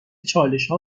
چالشها